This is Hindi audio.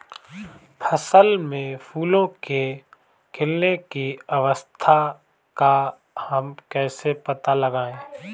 फसल में फूलों के खिलने की अवस्था का हम कैसे पता लगाएं?